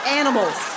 animals